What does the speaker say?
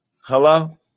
Hello